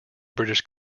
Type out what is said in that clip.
british